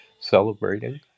Celebrating